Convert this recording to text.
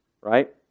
right